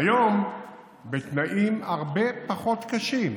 והיום בתנאים הרבה פחות קשים,